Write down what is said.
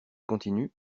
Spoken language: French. continues